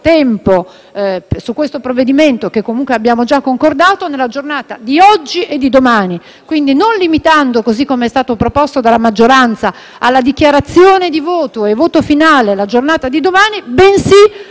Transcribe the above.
tempo su questo provvedimento - che comunque abbiamo già concordato - nella giornata di oggi e di domani. Quindi non limitandoci, così come è stato proposto dalla maggioranza, alle dichiarazioni di voto e al voto finale nella giornata di domani, bensì